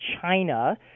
China